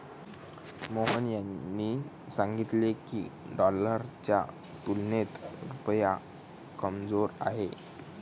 मोहन यांनी सांगितले की, डॉलरच्या तुलनेत रुपया कमजोर आहे